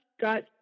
got